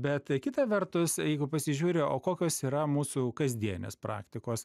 bet kita vertus jeigu pasižiūriu o kokios yra mūsų kasdienės praktikos